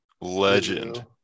legend